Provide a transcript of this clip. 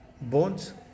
bones